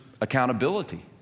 accountability